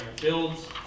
Builds